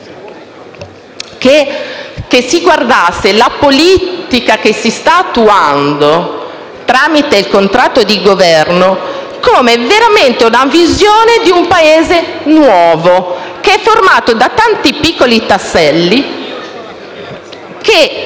che si guardasse alla politica che si sta attuando tramite il contratto di Governo veramente come ad una visione di un Paese nuovo, formato da tanti piccoli tasselli, che